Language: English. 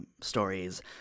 stories